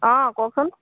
অঁ কওকচোন